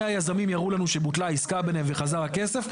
היזמים יראו לנו שבוטלה העסקה ביניהם וחזר הכסף,